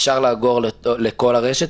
אפשר לאגור לכל הרשת,